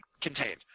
contained